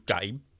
game